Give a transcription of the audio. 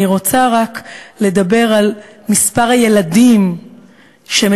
אני רוצה רק לדבר על מספר הילדים שמדווחים